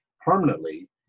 permanently